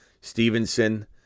Stevenson